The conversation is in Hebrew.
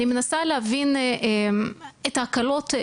אני מנסה להבין את ההקלות,